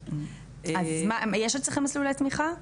יש יש אצלכם מסלול תמיכה?